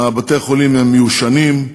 בתי-החולים הם מיושנים,